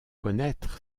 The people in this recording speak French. connaître